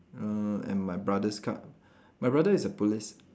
err and my brother's card my brother is a police